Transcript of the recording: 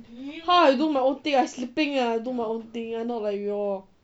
how I do my own thing I sleeping ah do my own thing I not like you all